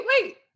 wait